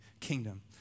kingdom